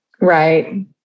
Right